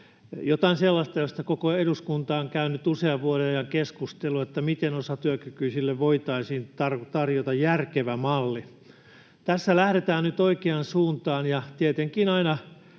jotain sellaista, josta koko eduskunta on käynyt usean vuoden keskustelua, että miten osatyökykyisille voitaisiin tarjota järkevä malli. Tässä lähdetään nyt oikeaan suuntaan. Tietenkin aina